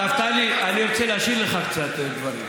נפתלי, אני רוצה להשאיר לך קצת דברים.